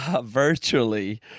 virtually